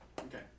Okay